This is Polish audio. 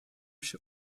się